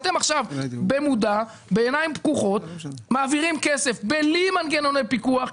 אתם עכשיו במודע ובעיניים פקוחות מעבירים כסף בלי מנגנוני פיקוח,